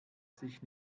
sich